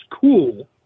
cool